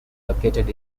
located